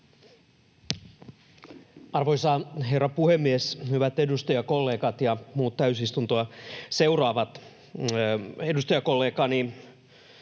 Arvoisa herra puhemies! Hyvät edustajakollegat ja muut täysistuntoa seuraavat! Edustajakollegani